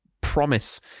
promise